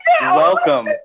welcome